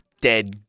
dead